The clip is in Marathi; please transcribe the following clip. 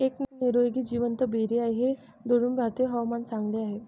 एक निरोगी जिवंत बेरी आहे हे दुर्मिळ भारतीय हवामान चांगले आहे